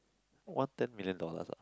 won ten million dollars ah